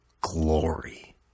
Glory